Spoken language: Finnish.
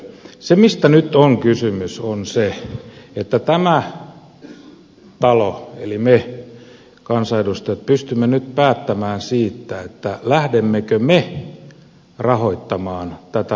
se mistä nyt on kysymys on se että tämä talo eli me kansanedustajat pystyy nyt päättämään siitä lähdemmekö me rahoittamaan tätä rahoitusvakausvälinettä